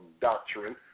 doctrine